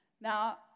Now